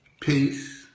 peace